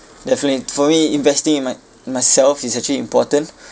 definitely for me investing in my myself is actually important